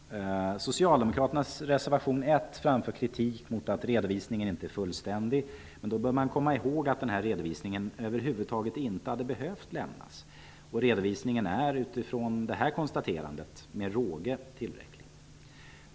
Socialdemokraternas reservation nr 1 framför kritik mot att redovisningen inte är fullständig. Då bör man komma ihåg att den här redovisningen över huvud taget inte hade behövt lämnas. Redovisningen är utifrån det konstaterandet med råge tillräcklig.